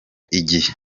igihe